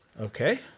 Okay